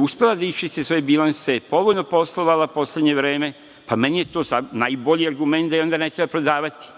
uspela da iščisti svoje bilanse, povoljno poslovala u poslednje vreme. Meni je to najbolji argument da je onda ne treba prodavati,